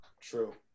True